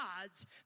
God's